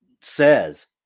says